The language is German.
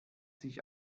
sich